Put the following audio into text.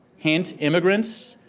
hint, immigrants.